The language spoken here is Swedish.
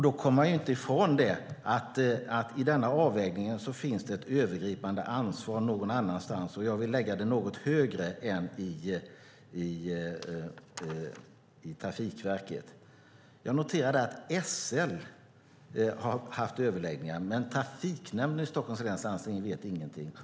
Då kommer vi inte ifrån att i denna avvägning finns ett övergripande ansvar någon annanstans, och jag vill lägga det något högre än hos Trafikverket. Jag noterar att SL har haft överläggningar, men trafiknämnden i Stockholms läns landsting vet ingenting.